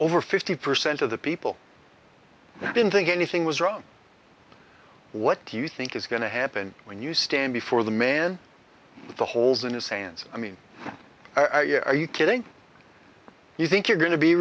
over fifty percent of the people didn't think anything was wrong what do you think is going to happen when you stand before the man with the holes in his hands i mean are you kidding you think you're going to be